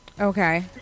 Okay